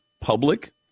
public